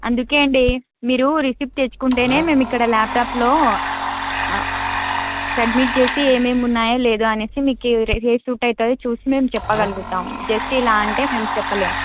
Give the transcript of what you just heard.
అందుకే అండి మీరు రిసిప్ట్ తెచ్చుకుంటేనే మేము ఇక్కడ లాప్టాప్లో సబ్మిట్ చేసి ఏమేమి ఉన్నాయో లేదో అని మీకు ఏది సూట్ అవుతుందో చూసి మేము చెప్పగలుగుతాము జస్ట్ ఇలా అంటే మేము చెప్పలేము